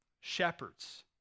shepherds